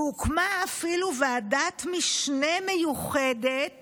והוקמה אפילו "ועדת משנה מיוחדת